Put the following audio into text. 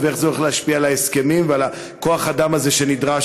ואיך זה הולך להשפיע על ההסכמים ועל כוח האדם הזה שנדרש.